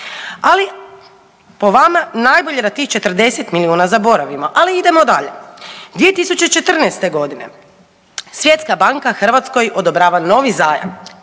Ali, po vama najbolje da tih 40 milijuna zaboravimo. Ali, idemo dalje. 2014. g. Svjetska banka Hrvatskoj odobrava novi zajam i